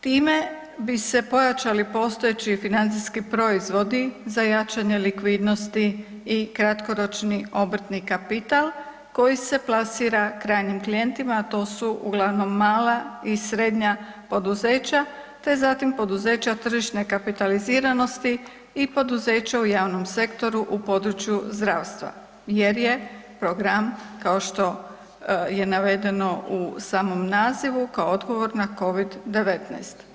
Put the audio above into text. Time bi se pojačali postojeći financijski proizvodi za jačanje likvidnosti i kratkoročni obrtni kapital koji se plasira krajnjim klijentima, a to su uglavnom mala i srednja poduzeća te zatim poduzeća tržišne kapitaliziranosti i poduzeća u javnom sektoru u području zdravstva jer je program kao što je navedeno u samom nazivu, kao odgovor na COVID-19.